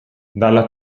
dalla